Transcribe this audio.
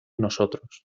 nosotros